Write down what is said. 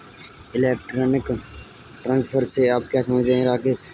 Electronic transfer से आप क्या समझते हैं, राकेश?